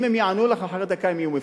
אם הם יענו לך, אחרי דקה הם יהיו מפוטרים.